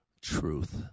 truth